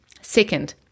Second